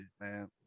man